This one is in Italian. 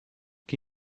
che